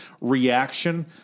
reaction